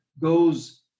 goes